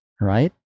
right